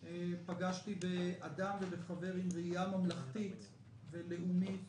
פגשתי באדם ובחבר עם ראייה ממלכתית ולאומית